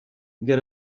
get